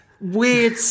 weird